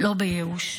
לא בייאוש.